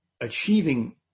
achieving